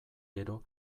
gero